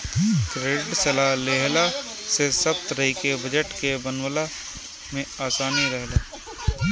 credit सलाह लेहला से सब तरही के बजट के बनवला में आसानी रहेला